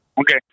Okay